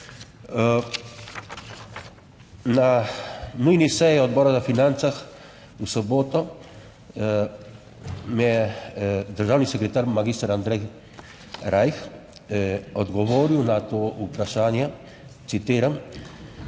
Na nujni seji Odbora za financah v soboto mi je državni sekretar magister Andrej Rajh odgovoril na to vprašanje, citiram: